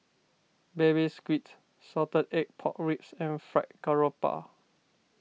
Baby Squid Salted Egg Pork Ribs and Fried Garoupa